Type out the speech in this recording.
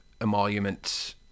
emolument